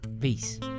Peace